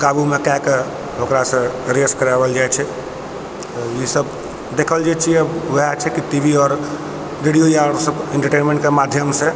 काबू मे कए कऽ ओकरा सऽ रेस कराओल जाइ छै ई सब देखल जाइ छियै वएह छै कि टीवी आओर रेडियो या एंटरटेनमेंट के माध्यम सऽ